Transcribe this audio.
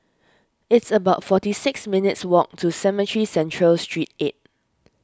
it's about forty six minutes' walk to Cemetry Central Street eight